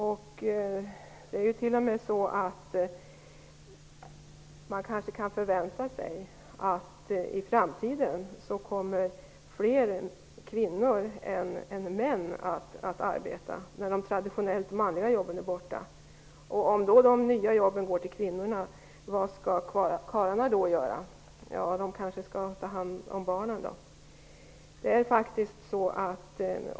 Man kan kanske t.o.m. förvänta sig att i framtiden, när de traditionellt manliga jobben är borta, fler kvinnor än män kommer att förvärvsarbeta. Om de nya jobben då går till kvinnorna, vad skall då karlarna göra? Kanske skall de då ta hand om barnen.